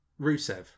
rusev